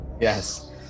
Yes